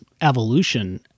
evolution